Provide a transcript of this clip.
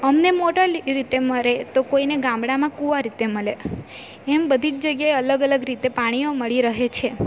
અમને મોટર રીતે મળે તો કોઈને ગામડામાં કુવા રીતે મળે એમ બધી જગ્યાએ અલગ અલગ રીતે પાણીઓ મળી રહે છે